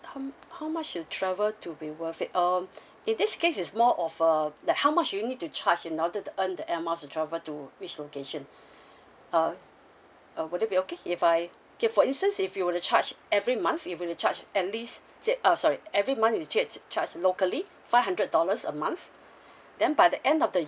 how how much you travel to be worth it um in this case it's more of uh like how much do you need to charge in order to earn that air miles to travel to which location uh uh would it be okay if I give for instance if you were to charge every month if you were to charge at least say uh sorry every month you still have to charge locally five hundred dollars a month then by the end of the